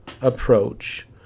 approach